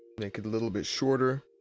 make it a little bit shorter.